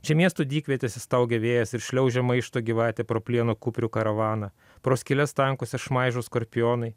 čia miesto dykvietėse staugia vėjas ir šliaužia maišto gyvatė pro plieno kuprių karavaną pro skyles tankuose šmaižo skorpionai